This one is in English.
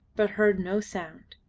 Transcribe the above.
but heard no sound.